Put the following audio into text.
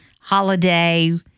holiday